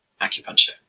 acupuncture